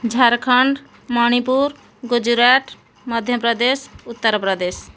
Jharkhand Manipur Gujarat Madhya Pradesh Uttar Pradesh